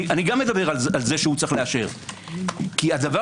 גם אדבר על זה שהוא צריך לאשר כי הדבר